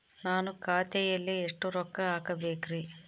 ನಾನು ಖಾತೆಯಲ್ಲಿ ಎಷ್ಟು ರೊಕ್ಕ ಹಾಕಬೇಕ್ರಿ?